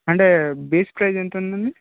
అంటే beef price ఎంత ఉంది అండి